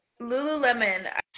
Lululemon